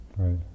Right